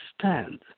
stand